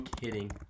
kidding